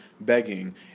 begging